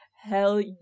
hell